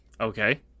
Okay